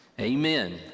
amen